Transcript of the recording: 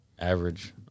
average